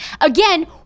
Again